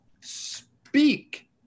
speak